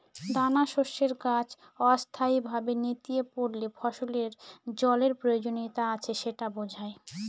দানাশস্যের গাছ অস্থায়ীভাবে নেতিয়ে পড়লে ফসলের জলের প্রয়োজনীয়তা আছে সেটা বোঝায়